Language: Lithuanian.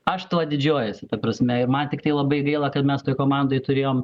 aš tuo didžiuojuosi ta prasme ir man tiktai labai gaila kad mes toj komandoj turėjom